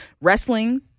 wrestling